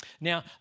Now